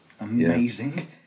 amazing